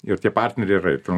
ir tie partneriai yra ir ten